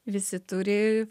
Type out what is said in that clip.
visi turi